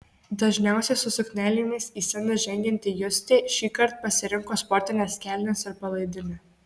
dažniausiai su suknelėmis į sceną žengianti justė šįkart pasirinko sportines kelnes ir palaidinę